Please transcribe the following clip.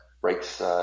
breaks